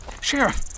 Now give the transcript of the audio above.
Sheriff